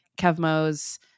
Kevmo's